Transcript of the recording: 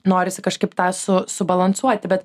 norisi kažkaip tą su subalansuoti bet